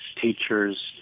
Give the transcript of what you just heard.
teachers